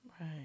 Right